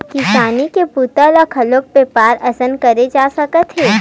किसानी के बूता ल घलोक बेपार असन करे जा सकत हे